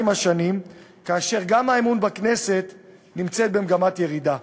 עם השנים וגם האמון בכנסת נמצא במגמת ירידה.